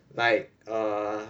like err